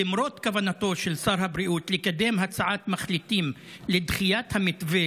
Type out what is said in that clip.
למרות כוונתו של שר הבריאות לקדם הצעת מחליטים לדחיית המתווה